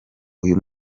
uyu